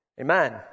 amen